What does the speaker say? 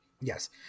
Yes